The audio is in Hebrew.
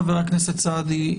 חבר הכנסת סעדי,